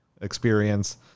experience